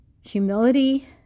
humility